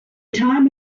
time